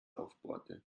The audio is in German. aufbohrte